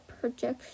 Projection